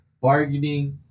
Bargaining